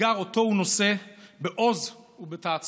אתגר שאותו הוא נושא בעוז ובתעצומות,